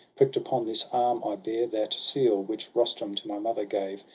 prick'd upon this arm i bear that seal which rustum to my mother gave,